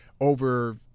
over